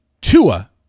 Tua